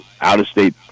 out-of-state